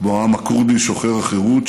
כמו העם הכורדי שוחר החירות,